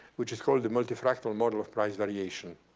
which is called the multi-fractal model of price variation.